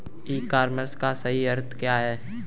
ई commerce का सही अर्थ क्या है?